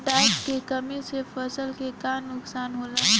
Potash के कमी से फसल के का नुकसान होला?